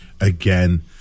Again